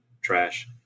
trash